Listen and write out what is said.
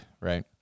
right